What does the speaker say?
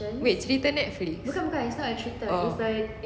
wait cerita netflix oh